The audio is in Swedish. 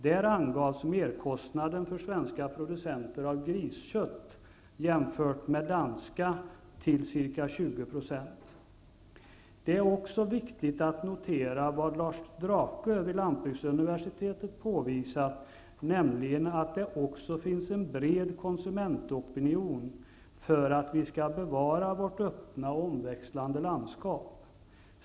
Där angavs merkostnaden för svenska producenter av griskött jämfört med danska till 20%. Det är också viktigt att notera vad Lars Drake vid lantbruksuniversitetet påvisat, nämligen att det också finns en bred konsumentopinion för att vi skall bevara vårt öppna och omväxlande landskap.